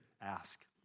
ask